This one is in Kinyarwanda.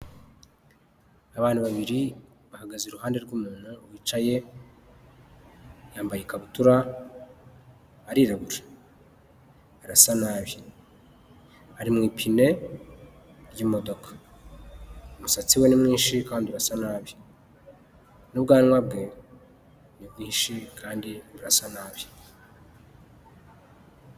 Abantu babiri bahagaze iruhande rw'umuntu wicaye yambaye ikabutura arirabura arasa nabi ari mu ipine ry'imodoka umusatsi we ni mwinshi kandi urasa nabi n'ubwanwa bwe ni bwinshi kandi burasa nabi.